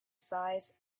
size